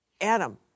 Adam